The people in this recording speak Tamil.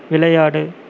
விளையாடு